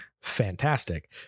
fantastic